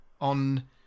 on